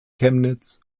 chemnitz